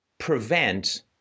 prevent